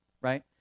right